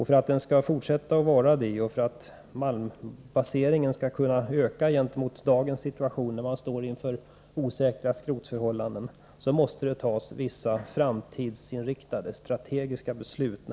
För att den skall kunna vara det och för att malmbaseringen skall kunna öka gentemot dagens situation, när man står inför osäkra förhållanden i fråga om tillgången på skrot, måste det fattas vissa framtidsinriktade strategiska beslut.